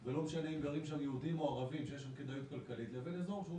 אם יש לך את ה-70%, יותר כלכלי להוסיף את